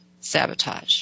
sabotage